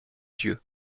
dieu